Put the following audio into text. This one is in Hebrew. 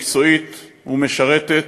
מקצועית ומשרתת,